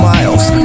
Miles